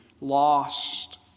lost